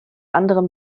anderem